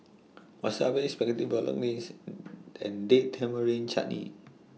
Wasabi Spaghetti Bolognese and Date Tamarind Chutney